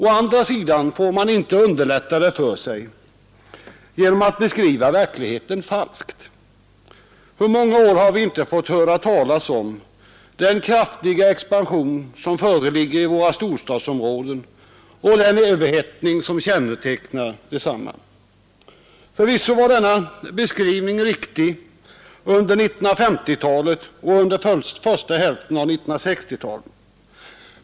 Å andra sidan får man inte underlätta det för sig genom att be verkligheten falskt. Hur många år har vi inte fått höra talas om den kraftiga expansion som föreligger i våra storstadsområden och den överhettning som kännetecknar desamma! Förvisso var denna beskrivning riktig under 1950-talet och under den första hälften av 1960-talet.